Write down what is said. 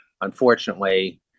unfortunately